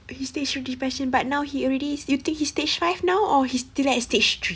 he stage three depression but now he already you think he stage five now or he's still at stage three